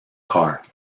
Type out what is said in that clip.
car